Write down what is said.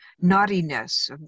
naughtiness